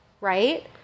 Right